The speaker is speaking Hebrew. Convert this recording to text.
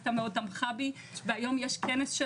והאוניברסיטה מאוד תמכה בי והיום יש כנס של